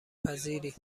پذیری